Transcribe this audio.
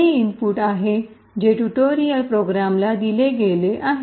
हे इनपुट आहे जे ट्यूटोरियल प्रोग्रामला दिले गेले आहे